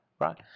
right